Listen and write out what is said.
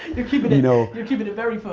you're keeping it you know. you're keeping it very